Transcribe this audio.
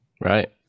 Right